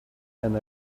and